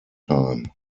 time